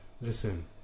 Listen